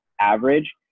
average